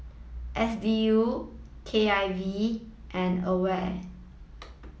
S D U K I V and AWARE